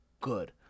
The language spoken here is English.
good